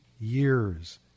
years